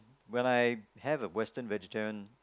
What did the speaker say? when I have a western vegetarian